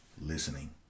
listening